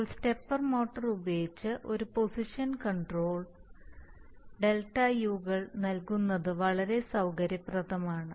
ഇപ്പോൾ stepper motor ഉപയോഗിച്ച് ഒരു പൊസിഷൻ കൺട്രോളിൽ Δu കൾ നൽകുന്നത് വളരെ സൌകര്യപ്രദമാണ്